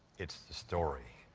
it's the story.